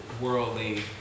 worldly